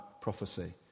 prophecy